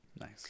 Nice